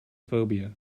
phobia